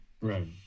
Right